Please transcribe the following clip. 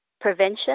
prevention